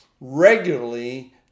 regularly